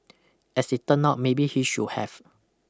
as it turned out maybe he should have